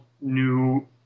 new